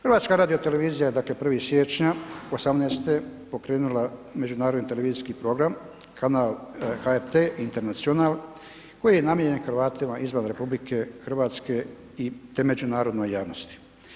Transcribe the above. HRT dakle 1. siječnja 2018. pokrenula međunarodni televizijski program kanal HRT International koji je namijenjen Hrvatima izvan RH te međunarodnoj javnosti.